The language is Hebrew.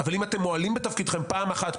אבל אם אתם מועלים בתפקידכם פעם אחת,